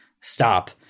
stop